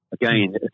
Again